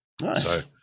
Nice